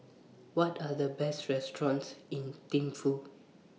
What Are The Best restaurants in Thimphu